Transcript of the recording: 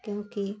क्योंकि